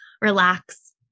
relax